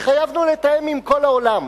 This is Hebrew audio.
התחייבנו לתאם עם כל העולם.